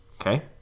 Okay